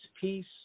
peace